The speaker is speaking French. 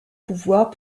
pouvoirs